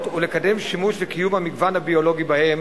ולקדם שימוש לקיום המגוון הביולוגי בהם,